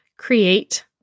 Create